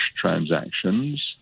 transactions